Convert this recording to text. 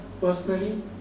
personally